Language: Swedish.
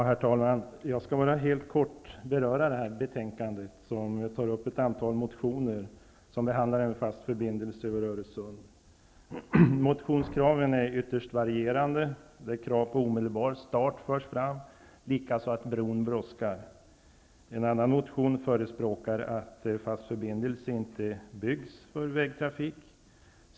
Herr talman! Jag skall bara helt kort beröra det här betänkandet, som tar upp ett antal motioner som behandlar en fast förbindelse över Öresund. Motionskraven är ytterst varierande. Krav på att byggandet omedelbart skall startas förs fram, och man hävdar också att bron brådskar. I en annan motion förespråkas att en fast förbindelse för vägtrafik inte bör byggas.